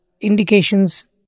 indications